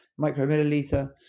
micromilliliter